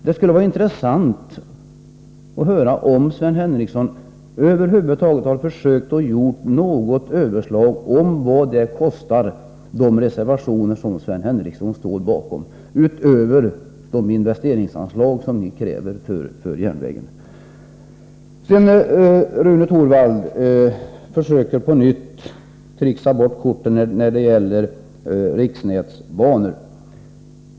Det skulle vara intressant att höra om Sven Henricsson över huvud taget har försökt att göra något överslag över vad förslagen i de reservationer som han står bakom kostar, utöver de investeringsanslag som ni i vpk kräver för järnvägen. Rune Torwald försökte på nytt tricksa bort korten när det gäller riksnätsbanor.